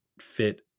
fit